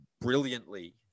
brilliantly